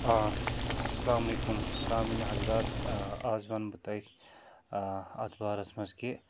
آ سَلام علیکُم سامیٖن حضرات اَز ونہٕ بہٕ تۄہہِ آ اَتھ بارَس منٛز کہِ